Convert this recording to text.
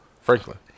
Franklin